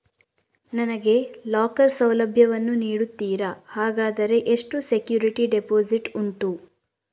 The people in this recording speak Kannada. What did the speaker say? ನನಗೆ ಲಾಕರ್ ಸೌಲಭ್ಯ ವನ್ನು ನೀಡುತ್ತೀರಾ, ಹಾಗಾದರೆ ಎಷ್ಟು ಸೆಕ್ಯೂರಿಟಿ ಡೆಪೋಸಿಟ್ ಉಂಟು?